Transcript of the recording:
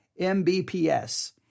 Mbps